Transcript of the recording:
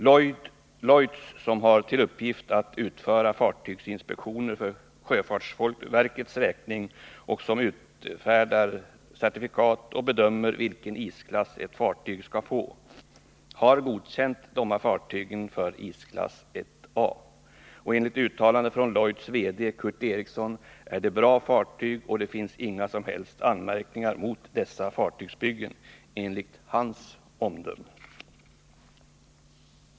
Lloyds, som har till uppgift att utföra fartygsinspektionen för sjöfartsverkets räkning och som utfärdar certifikat och som bedömer vilken isklass ett fartyg skall få, har godkänt dessa fartyg för isklass A 1. Enligt ett uttalande av Lloyds VD Kurt Eriksson är det fråga om bra fartyg. Det finns inga som helst anmärkningar mot dessa fartygsbyggen, enligt hans omdöme.